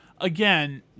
again